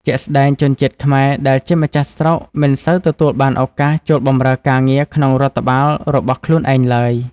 ជាក់ស្ដែង ជនជាតិខ្មែរដែលជាម្ចាស់ស្រុក មិនសូវទទួលបានឱកាសចូលបម្រើការងារក្នុងរដ្ឋបាលរបស់ខ្លួនឯងឡើយ។